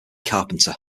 carpenter